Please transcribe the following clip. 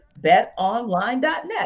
BetOnline.net